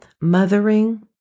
mothering